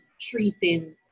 treating